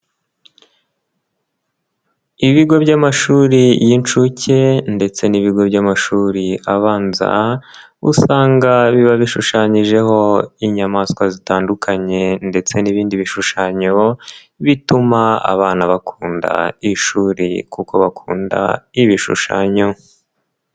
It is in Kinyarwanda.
Ibigo by'amashuri y'inshuke ndetse n'ibigo by'amashuri abanza, usanga biba bishushanyijeho inyamaswa zitandukanye ndetse n'ibindi bishushanyo, bituma abana bakunda ishuri kuko bakunda ibishushanyo.